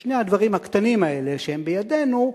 ששני הדברים הקטנים האלה שהם בידינו,